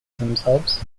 themselves